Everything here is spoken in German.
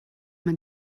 man